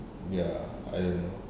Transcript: ya I don't know